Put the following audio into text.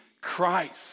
Christ